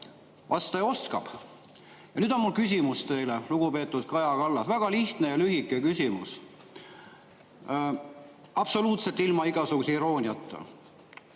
kuidas oskab. Nüüd on mul küsimus teile, lugupeetud Kaja Kallas, väga lihtne ja lühike küsimus, absoluutselt ilma igasuguse irooniata.